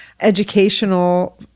educational